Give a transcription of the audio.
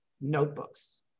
notebooks